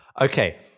Okay